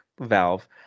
valve